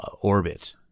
orbit